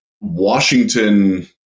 Washington